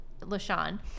LaShawn